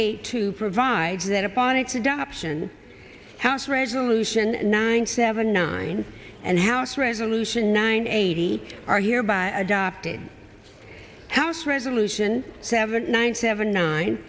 eight two provides that upon its adoption house resolution nine seventy nine and house resolution nine eighty are hereby adopted house resolution seven nine seven nine